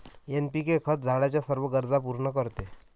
NPK खत झाडाच्या सर्व गरजा पूर्ण करते